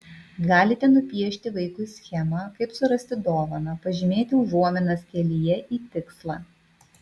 galite nupiešti vaikui schemą kaip surasti dovaną pažymėti užuominas kelyje į tikslą